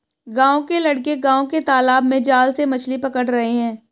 गांव के लड़के गांव के तालाब में जाल से मछली पकड़ रहे हैं